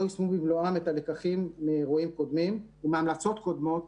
יישמו במלואם את הלקחים מאירועים קודמים ומהמלצות קודמות